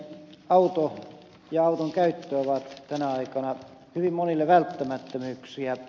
auto ja auton käyttö ovat tänä aikana hyvin monille välttämättömyyksiä